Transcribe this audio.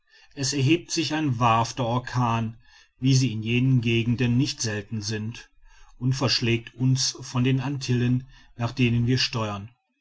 es erhebt sich ein wahrhafter orkan wie sie in jenen gegenden nicht selten sind und verschlägt uns von den antillen nach denen wir steuern